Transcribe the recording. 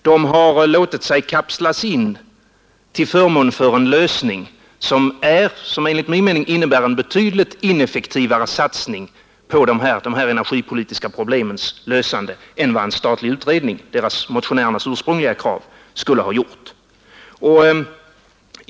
De har låtit sig kapslas in till förmån för en lösning som enligt min mening innebär en betydligt ineffektivare satsning på de här energipolitiska problemens lösande än vad en statlig utredning — deras utsprungliga krav — skulle ha gett.